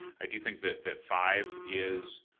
i do think that that five is,